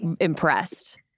impressed